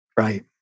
right